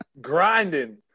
Grinding